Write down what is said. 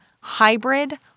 hybrid